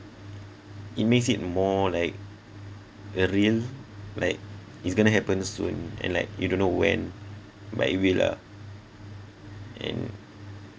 it makes it more like a real like it's gonna happen soon and like you don't know when but it will lah and